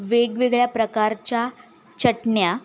वेगवेगळ्या प्रकारच्या चटण्या